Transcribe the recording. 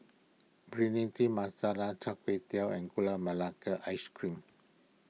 Bhindi Masala Char Kway Teow and Gula Melaka Ice Cream